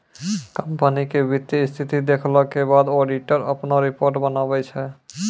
company के वित्तीय स्थिति देखला के बाद ऑडिटर अपनो रिपोर्ट बनाबै छै